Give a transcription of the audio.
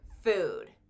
food